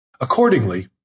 Accordingly